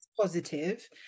positive